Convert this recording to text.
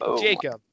Jacob